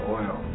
oil